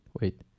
Wait